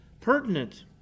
pertinent